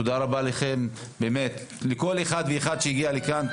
תודה רבה לכם באמת, לכל אחד ואחד שהגיע לכאן.